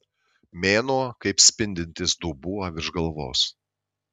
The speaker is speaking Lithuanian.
mėnuo kaip spindintis dubuo virš galvos